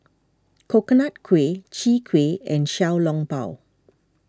Coconut Kuih Chwee Kueh and Xiao Long Bao